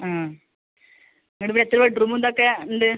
ആ എന്നിട്ടിപ്പോൾ എത്ര ബെഡ്റൂം ഉണ്ട് ഒക്കെ ഉണ്ട്